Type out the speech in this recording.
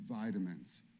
vitamins